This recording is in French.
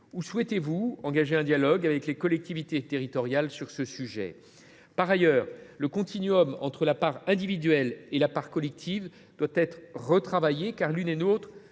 à ce titre, engager un dialogue avec les collectivités territoriales ? Par ailleurs, le continuum entre la part individuelle et la part collective doit être retravaillé, car celles ci se